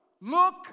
look